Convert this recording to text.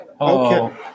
okay